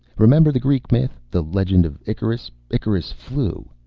remember the greek myth? the legend of icarus. icarus flew.